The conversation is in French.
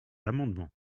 amendements